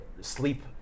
sleep